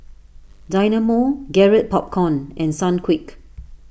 Dynamo Garrett Popcorn and Sunquick